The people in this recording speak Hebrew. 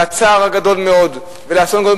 לצער הגדול מאוד על האסון הגדול,